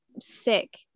sick